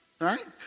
right